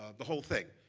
the whole thing.